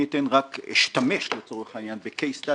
אני אשתמש לצורך העניין ב-Case Study